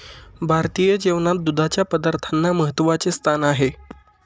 भारतीय जेवणात दुधाच्या पदार्थांना महत्त्वाचे स्थान आहे